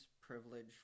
privilege